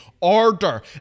Order